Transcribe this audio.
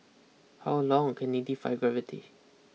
how long can he defy gravity